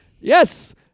yes